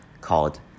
called